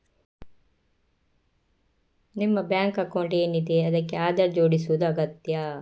ನಿಮ್ಮ bank account ಏನಿದೆ ಅದಕ್ಕೆ ಆಧಾರ್ ಜೋಡಿಸುದು ಅಗತ್ಯ